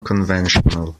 conventional